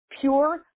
pure